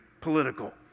political